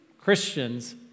Christians